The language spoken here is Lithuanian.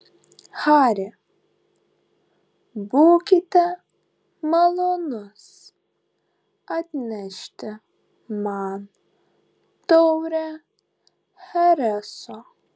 hari būkite malonus atnešti man taurę chereso